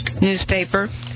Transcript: newspaper